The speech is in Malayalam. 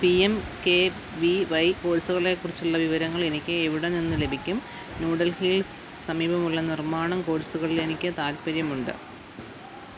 P M K V Y കോഴ്സുകളെ കുറിച്ചുള്ള വിവരങ്ങൾ എനിക്ക് എവിടെ നിന്ന് ലഭിക്കും ന്യൂഡൽഹിയിൽ സമീപമുള്ള നിർമ്മാണം കോഴ്സുകളിൽ എനിക്ക് താൽപ്പര്യമുണ്ട്